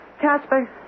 Casper